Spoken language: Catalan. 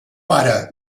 pare